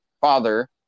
father